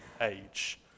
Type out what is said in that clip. age